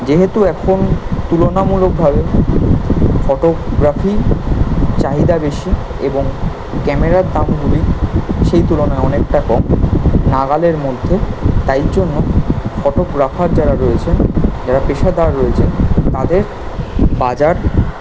যেহেতু এখন তুলনামূলকভাবে ফটোগ্রাফি চাহিদা বেশি এবং ক্যামেরার দাম খুবই সেই তুলনায় অনেকটা কম নাগালের মধ্যে তাই জন্য ফটোগ্রাফার যারা রয়েছেন যারা পেশাদার রয়েছেন তাদের বাজার